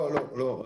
לא, לא.